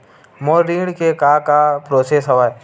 मोर ऋण के का का प्रोसेस हवय?